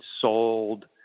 sold